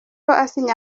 asinya